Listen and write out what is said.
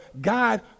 God